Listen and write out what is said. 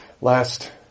last